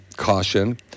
caution